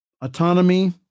autonomy